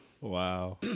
Wow